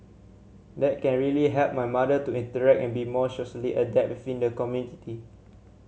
that can really help my mother to interact and be more socially adept within the community